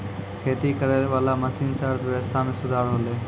खेती करै वाला मशीन से अर्थव्यबस्था मे सुधार होलै